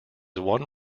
one